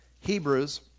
Hebrews